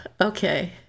okay